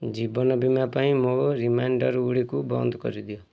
ଜୀବନ ବୀମା ପାଇଁ ମୋ ରିମାଇଣ୍ଡର୍ଗୁଡ଼ିକୁ ବନ୍ଦ କରିଦିଅ